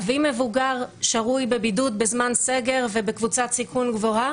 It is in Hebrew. אבי מבוגר ושרוי בבידוד בזמן סגר ובקבוצת סיכון גבוהה,